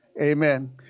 Amen